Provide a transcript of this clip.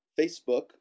Facebook